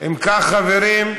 אם כך חברים,